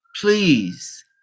Please